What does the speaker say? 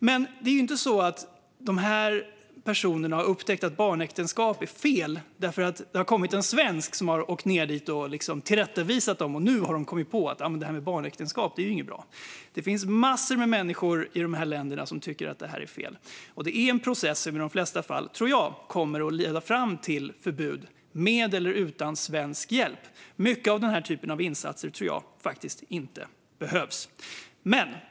Men det är ju inte så att de här personerna har upptäckt att barnäktenskap är fel därför att en svensk har åkt ned dit och tillrättavisat dem. Det finns massor av människor i de här länderna som tycker att det är fel. Och det är en process som i de flesta fall, tror jag, kommer att leda fram till förbud, med eller utan svensk hjälp. Många av den här typen av insatser tror jag faktiskt inte behövs.